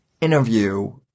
interview